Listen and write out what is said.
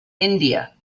india